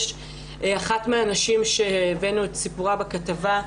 לאחת הנשים שהבאנו את סיפורה בכתבה,